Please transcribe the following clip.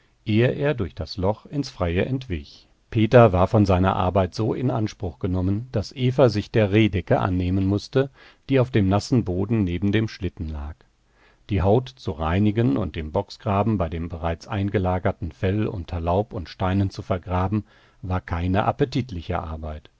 ehe er durch das loch ins freie entwich peter war von seiner arbeit so in anspruch genommen daß eva sich der rehdecke annehmen mußte die auf dem nassen boden neben dem schlitten lag die haut zu reinigen und im bocksgraben bei dem bereits eingelagerten fell unter laub und steinen zu vergraben war keine appetitliche arbeit